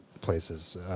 places